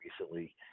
recently